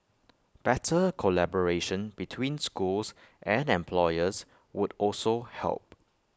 better collaboration between schools and employers would also help